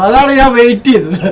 ah body of a new